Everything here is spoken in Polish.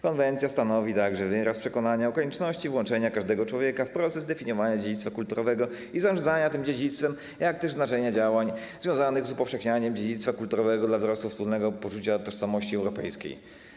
Konwencja stanowi także wyraz przekonania o konieczności włączenia każdego człowieka w proces definiowania dziedzictwa kulturowego i zarządzania tym dziedzictwem, jak też znaczenia działań związanych z upowszechnianiem dziedzictwa kulturowego dla wzrostu wspólnego poczucia tożsamości europejskiej.